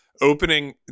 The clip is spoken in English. opening